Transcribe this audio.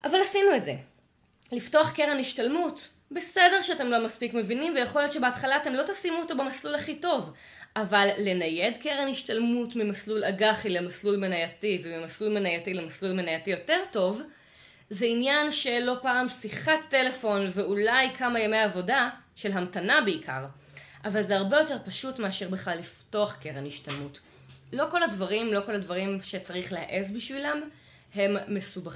אבל עשינו את זה. לפתוח קרן השתלמות, בסדר שאתם לא מספיק מבינים ויכול להיות שבהתחלה אתם לא תשימו אותו במסלול הכי טוב, אבל לנייד קרן השתלמות ממסלול אג"חי למסלול מנייתי וממסלול מנייתי למסלול מנייתי יותר טוב, זה עניין של לא פעם שיחת טלפון ואולי כמה ימי עבודה של המתנה בעיקר. אבל זה הרבה יותר פשוט מאשר בכלל לפתוח קרן השתלמות. לא כל הדברים, לא כל הדברים שצריך להעז בשבילם הם מסוב...